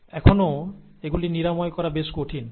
এখনও এগুলি নিরাময় করা বেশ কঠিন